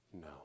no